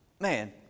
man